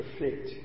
reflect